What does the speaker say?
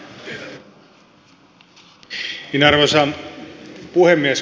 arvoisa puhemies